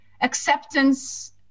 acceptance